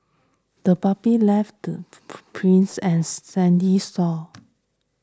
the puppy left prints on the sandy shore